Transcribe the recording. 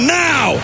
now